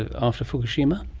ah after fukushima?